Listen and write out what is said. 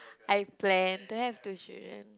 I plan to have two children